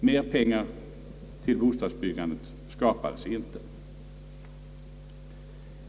Mer pengar till bostadsbyggandet skapades inte.